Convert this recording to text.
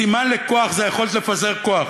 סימן לכוח זה היכולת לפזר כוח,